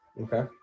Okay